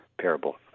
parable